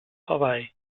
hawaii